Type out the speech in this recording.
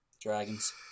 Dragons